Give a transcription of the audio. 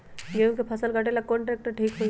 गेहूं के फसल कटेला कौन ट्रैक्टर ठीक होई?